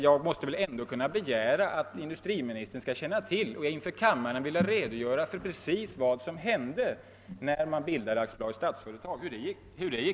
Jag måste väl ändå kunna begära att industriministern skall känna till och inför kammaren vilja redogöra för vad som hände när AB Statsföretag bildades.